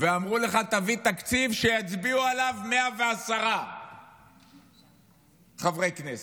ואמרו לך: תביא תקציב שיצביעו עליו 110 חברי כנסת.